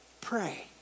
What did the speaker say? Pray